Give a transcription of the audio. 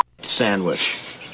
sandwich